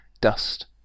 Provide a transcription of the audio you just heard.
dust